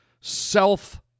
self